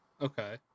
Okay